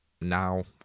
now